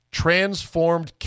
transformed